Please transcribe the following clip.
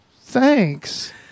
thanks